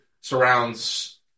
surrounds